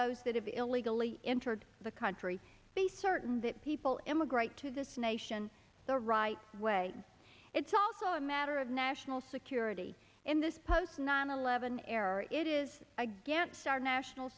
those that have illegally entered the country be certain that people immigrate to this nation the right way it's also a matter of national security in this post nine eleven error it is against our national